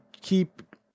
keep